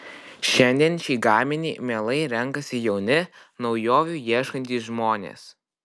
šiandien šį gaminį mielai renkasi jauni naujovių ieškantys žmonės